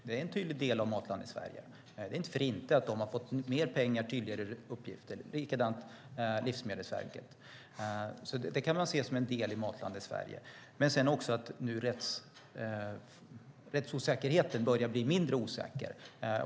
Det är en tydlig del av Matlandet Sverige. Det är inte för inte som de har fått mer pengar och tydligare uppgifter, och det är likadant med Livsmedelsverket. Det kan man se som en del i Matlandet Sverige. Rättsosäkerheten börjar bli mindre.